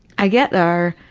i get there,